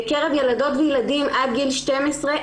בקרב ילדות וילדים עד גיל 12,